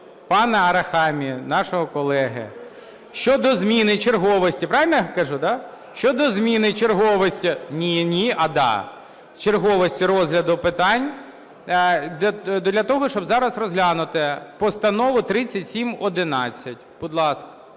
пана Арахамії, нашого колеги, щодо зміни черговості... Правильно я кажу, да? Щодо зміни черговості... Ні "ні", а да, черговості розгляду питань, для того щоб зараз розглянути Постанову 3711. Будь ласка,